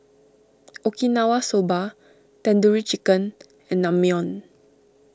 Okinawa Soba Tandoori Chicken and Naengmyeon